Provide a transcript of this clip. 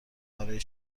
برای